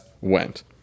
Went